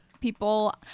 people